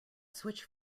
switch